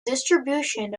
distribution